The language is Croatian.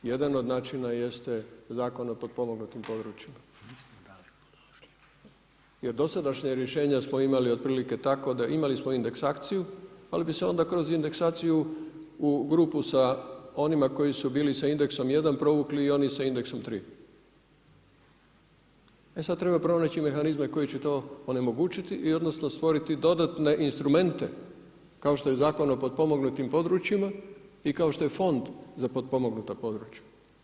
Jedan od načina jeste Zakon o potpomognutim područjima jer dosadašnja rješenja smo imali otprilike tako da imali smo indeksaciju ali bi se onda kroz ineksaciju u grupu sa onima koji su bili sa indeksom 1 provukli i oni sa indeksom 3. e sada treba pronaći mehanizme koji će to onemogućiti i odnosno stvoriti dodatne instrumente kao što je Zakon o potpomognutim područjima i kao što je Fond za potpomognuta područja.